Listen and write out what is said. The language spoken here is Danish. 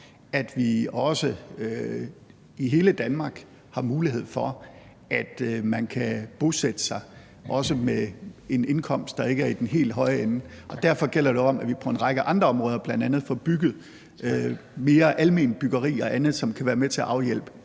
at vi i hele Danmark har mulighed for, at man kan bosætte sig også med en indkomst, der ikke er i den helt høje ende. Derfor gælder det om, at vi på en række andre områder bl.a. får bygget mere alment byggeri og andet, som kan være med til at afhjælpe